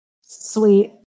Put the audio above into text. Sweet